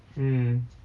mm